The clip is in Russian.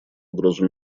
угрозу